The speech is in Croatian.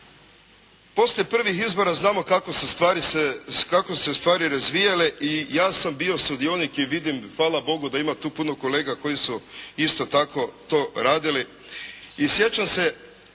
Poslije prvih izbora znamo kako su se stvari razvijale i ja sam bio sudionik i vidim, hvala Bogu da ima tu puno kolega koji su isto tako to radili i sjećam se